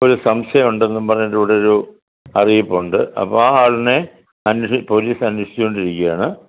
ഒരു സംശയം ഉണ്ടെന്നും പറഞ്ഞിട്ട് ഇവിടെ ഒരു അറിയിപ്പ് ഉണ്ട് അപ്പം ആ ആളിനെ അന്വേഷി പോലീസ് അന്വേഷിച്ചുകൊണ്ടിരിക്കുവാണ്